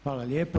Hvala lijepo.